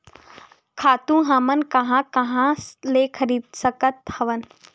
खातु हमन कहां कहा ले खरीद सकत हवन?